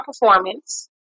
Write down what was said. performance